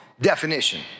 definition